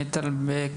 מיטל בק,